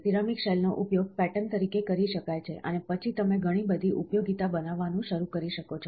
ceramic શેલનો ઉપયોગ pattern તરીકે કરી શકાય છે અને પછી તમે ઘણી બધી ઉપયોગિતા બનાવવાનું શરૂ કરી શકો છો